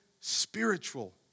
spiritual